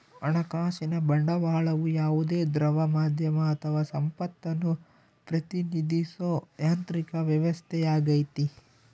ಹಣಕಾಸಿನ ಬಂಡವಾಳವು ಯಾವುದೇ ದ್ರವ ಮಾಧ್ಯಮ ಅಥವಾ ಸಂಪತ್ತನ್ನು ಪ್ರತಿನಿಧಿಸೋ ಯಾಂತ್ರಿಕ ವ್ಯವಸ್ಥೆಯಾಗೈತಿ